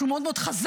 שהוא מאוד מאוד חזק.